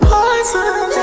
Poison